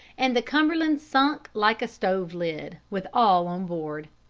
and the cumberland sunk like a stove-lid, with all on board.